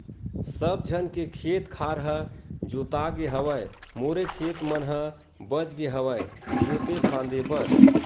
सब झन के खेत खार ह जोतागे हवय मोरे खेत मन ह बचगे हवय जोते फांदे बर